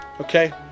Okay